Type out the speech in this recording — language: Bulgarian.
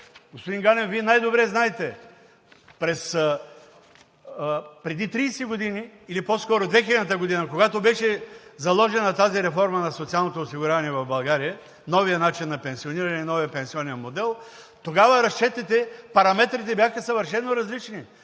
Господин Ганев, вие най-добре знаете преди 30 години или по скоро 2000 г., когато беше заложена тази реформа на социалното осигуряване в България, новият начин на пенсиониране, новият пенсионен модел, тогава разчетите, параметрите бяха съвършено различни.